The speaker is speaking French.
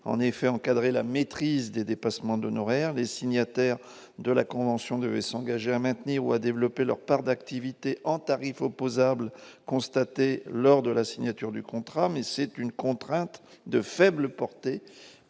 en effet encadrer la maîtrise des dépassements d'honoraires, les signataires de la convention devait s'engager à maintenir ou à développer leur part d'activité en tarifs opposables constatées lors de la signature du contrat, mais c'est une contrainte de faible portée